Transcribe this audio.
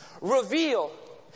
reveal